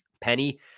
Penny